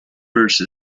verse